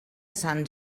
sant